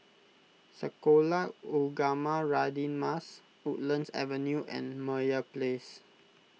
Sekolah Ugama Radin Mas Woodlands Avenue and Meyer Place